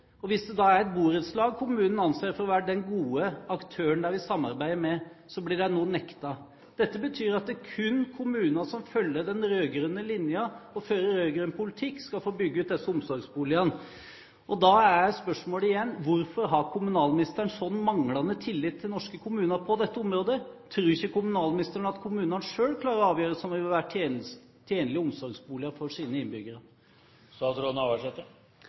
og hvis det da er et borettslag kommunen anser for å være den gode aktøren de vil samarbeide med, blir de nå nektet. Dette betyr at det kun er kommuner som følger den rød-grønne linjen og fører rød-grønn politikk, som skal få bygge ut disse omsorgsboligene. Da er spørsmålet igjen: Hvorfor har kommunalministeren en slik manglende tillit til norske kommuner på dette området? Tror ikke kommunalministeren at kommunene selv klarer å avgjøre hva som vil være tjenlige omsorgsboliger for sine innbyggere?